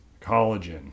collagen